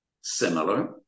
similar